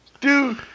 Dude